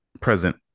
present